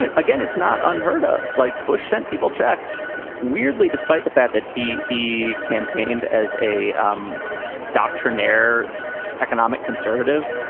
and again, it's not unheard of. like bush sent people checks weirdly, despite the fact that he he campaigned as a um doctrinaire economic conservative.